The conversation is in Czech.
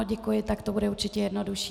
Děkuji, tak to bude určitě jednodušší.